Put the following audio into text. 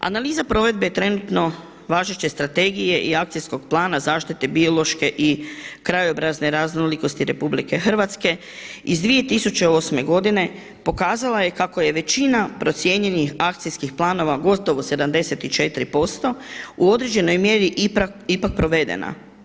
Analiza provedbe trenutno važeće strategije Akcijskog plana zaštite biološke i krajobrazne raznolikosti RH iz 2008. godine pokazala je kako je većina procijenjenih akcijskih planova gotovo 74% u određenoj mjeri ipak provedena.